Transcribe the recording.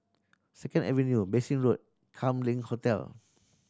Second Avenue Bassein Road Kam Leng Hotel